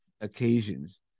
occasions